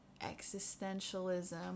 existentialism